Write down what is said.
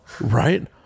Right